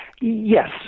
Yes